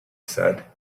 said